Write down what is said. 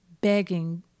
begging